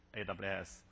AWS